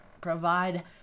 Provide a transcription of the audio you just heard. provide